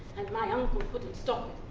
and my uncle couldn't stop